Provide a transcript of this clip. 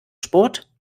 sport